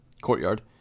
courtyard